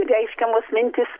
reiškiamos mintys